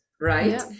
right